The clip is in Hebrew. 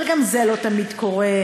אבל גם זה לא תמיד קורה.